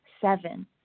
seven